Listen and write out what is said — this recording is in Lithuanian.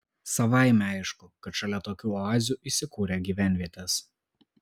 savaime aišku kad šalia tokių oazių įsikūrė gyvenvietės